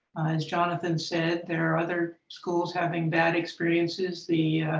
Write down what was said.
as jonathan said, there are other schools having bad experiences. the